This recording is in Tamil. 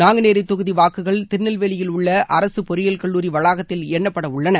நாங்குநேரி தொகுதி வாக்குகள் திருநெல்வேலியில் உள்ள அரசு பொறியியல் கல்லூரி வளாகத்தில் எண்ணப்பட உள்ளன